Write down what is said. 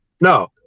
No